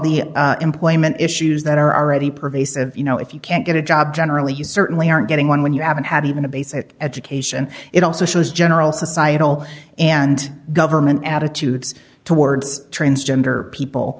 the employment issues that are already pervasive you know if you can't get a job generally you certainly aren't getting one when you haven't had even a basic education it also shows general societal and government attitudes towards transgender